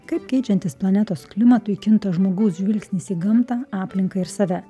kaip keičiantis planetos klimatui kinta žmogaus žvilgsnis į gamtą aplinką ir save